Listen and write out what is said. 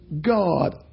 God